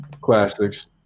classics